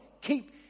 Keep